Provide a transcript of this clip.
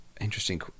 interesting